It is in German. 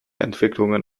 entwicklungen